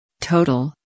Total